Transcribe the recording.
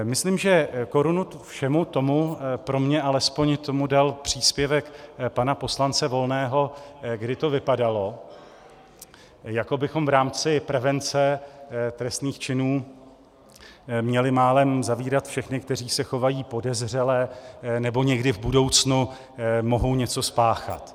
Myslím, že korunu všemu tomu, pro mě alespoň, dal příspěvek pana poslance Volného, kdy to vypadalo, jako bychom v rámci prevence trestných činů měli málem zavírat všechny, kteří se chovají podezřele nebo někdy v budoucnu mohou něco spáchat.